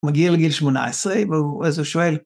מגיע לגיל שמונה עשרה אז הוא שואל.